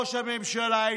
ראש הממשלה,